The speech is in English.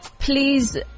Please